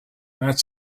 that